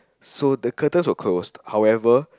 so the curtains were closed however